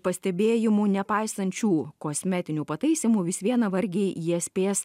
pastebėjimu nepaisant šių kosmetinių pataisymų vis viena vargiai jie spės